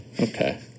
Okay